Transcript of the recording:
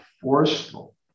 forceful